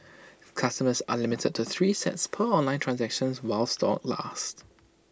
customers are limited to three sets per online transaction while stocks last